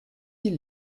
ils